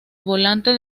volante